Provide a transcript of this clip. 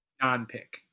non-pick